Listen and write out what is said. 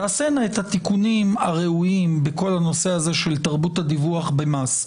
תעשנה את התיקונים הראויים בכל הנושא הזה של תרבות הדיווח במס.